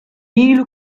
ilu